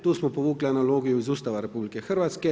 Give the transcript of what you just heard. Tu smo povukli analogiju iz Ustava RH.